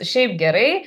šiaip gerai